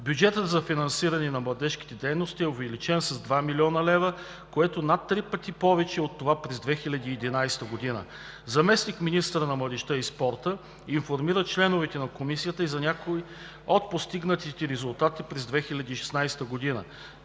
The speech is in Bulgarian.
бюджетът за финансиране на младежките дейности е увеличен с 2 млн. лв., което е над три пъти повече от това през 2011 г. Заместник-министърът на младежта и спорта информира членовете на Комисията и за някои от постигнатите резултати през 2016 г.